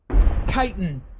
titan